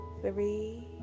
three